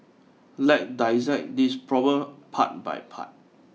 let's dissect this problem part by part